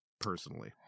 personally